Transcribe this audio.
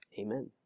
Amen